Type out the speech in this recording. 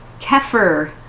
kefir